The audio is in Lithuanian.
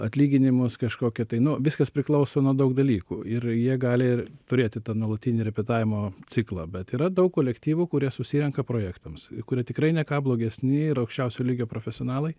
atlyginimus kažkokią tai nu viskas priklauso nuo daug dalykų ir jie gali turėti tą nuolatinį repetavimo ciklą bet yra daug kolektyvų kurie susirenka projektams kurie tikrai ne ką blogesni ir aukščiausio lygio profesionalai